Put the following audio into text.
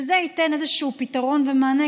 וזה ייתן איזשהו פתרון ומענה,